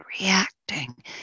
reacting